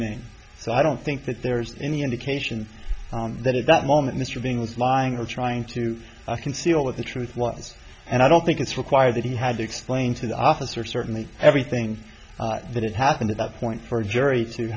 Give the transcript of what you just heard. name so i don't think that there's any indication that at that moment mr being was lying or trying to conceal what the truth was and i don't think it's required that he had to explain to the officer certainly everything that happened at that point for a jury to